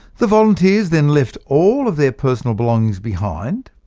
the volunteers then left all of their personal belongings behind,